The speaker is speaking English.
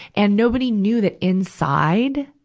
and nobody knew that inside,